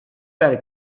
better